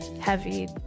heavy